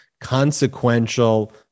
consequential